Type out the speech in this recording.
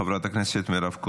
חברת הכנסת מירב כהן,